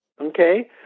Okay